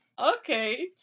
Okay